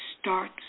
starts